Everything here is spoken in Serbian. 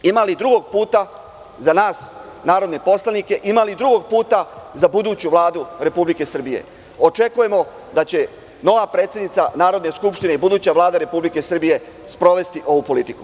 Ima li drugog puta za nas narodne poslanike, ima li drugog puta za buduću Vladu Republike Srbije?“ Očekujemo da će nova predsednice Narodne skupštine i buduća Vlada Republika Srbije sprovesti ovu politiku.